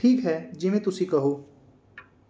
ਠੀਕ ਹੈ ਜਿਵੇਂ ਤੁਸੀਂ ਕਹੋ